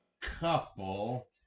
couple